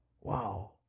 wow